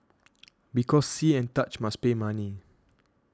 because see and touch must pay money